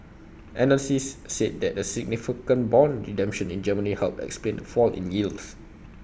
analysts said that the significant Bond redemption in Germany helped explain fall in yields